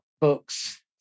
books